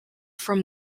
from